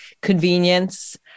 convenience